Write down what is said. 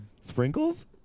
Sprinkles